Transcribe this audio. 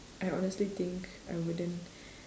I honestly think I wouldn't